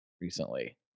recently